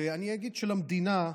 ואני אגיד של המדינה,